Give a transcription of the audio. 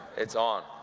it's on.